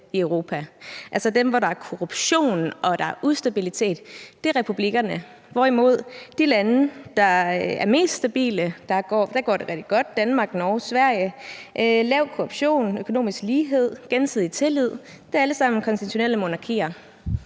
i Europa, altså dem, hvor der er korruption og ustabilitet, er republikkerne, hvorimod de lande, der er mest stabile, og hvor det går rigtig godt – i Danmark, Norge og Sverige, med lav korruption, økonomisk lighed, gensidig tillid – alle sammen er konstitutionelle monarkier.